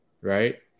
right